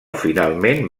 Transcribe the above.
finalment